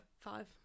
five